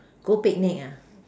go picnic ah